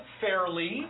fairly